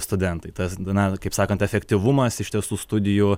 studentai tas na kaip sakant efektyvumas iš tiesų studijų